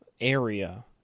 area